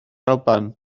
alban